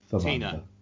Tina